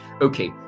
okay